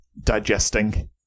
digesting